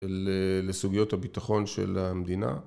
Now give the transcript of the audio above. לסוגיות הביטחון של המדינה